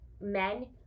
Men